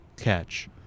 catch